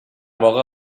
واقع